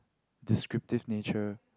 descriptive nature